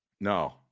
No